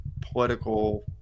political